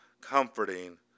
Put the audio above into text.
comforting